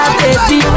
baby